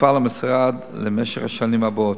יפעל המשרד בשנים הבאות.